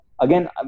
again